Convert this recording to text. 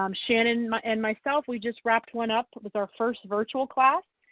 um shannon and myself, we just wrapped one up with our first virtual class.